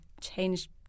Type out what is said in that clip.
changed